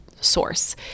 source